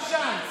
עוד צ'אנס.